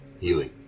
healing